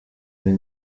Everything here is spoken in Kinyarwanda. muri